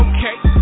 Okay